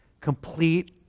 complete